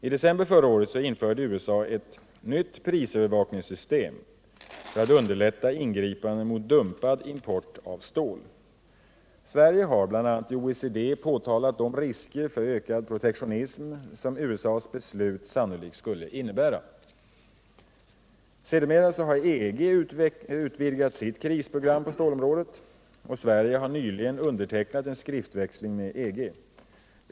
I december förra året införde USA ett nytt prisövervakningssystem för att underlätta ingripanden mot dumpad import av stål. Sverige har bl.a. i OECD påtalat de risker för ökad protektionism som USA:s beslut sannolikt skulle innebära. Sedermera har EG utvidgat sitt krisprogram på stålområdet. Sverige har nyligen undertecknat en skriftväxling med EG.